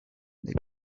they